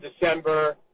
December